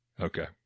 Okay